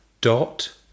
dot